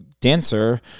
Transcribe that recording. dancer